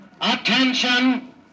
Attention